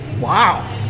Wow